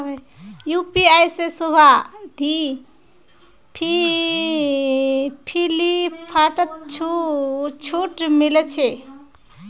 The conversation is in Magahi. यू.पी.आई से शोभा दी फिलिपकार्टत छूट मिले छे